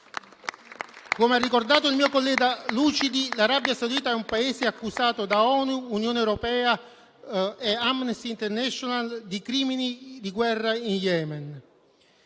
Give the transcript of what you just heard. Come ha ricordato il mio collega Lucidi, l'Arabia Saudita è un Paese accusato da ONU, Unione europea e Amnesty International di crimini di guerra in Yemen.